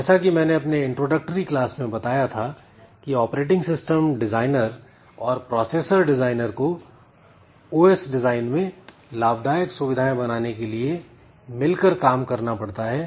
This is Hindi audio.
जैसा कि मैंने अपने इंट्रोडक्टरी क्लास में बताया था कि ऑपरेटिंग सिस्टम डिजाइनर और प्रोसेसर डिजाइनर को OS डिजाइन में लाभदायक सुविधाएं बनाने के लिए मिलकर काम करना पड़ता है